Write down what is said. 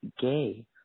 gay